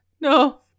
No